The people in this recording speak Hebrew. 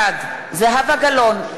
בעד זהבה גלאון,